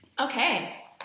Okay